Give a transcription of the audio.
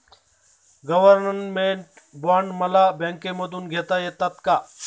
Government bond मला बँकेमधून घेता येतात का?